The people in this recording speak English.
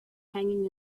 hanging